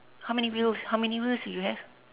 how many wheels how many wheels you have